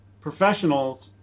professionals